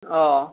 অঁ